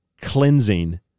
cleansing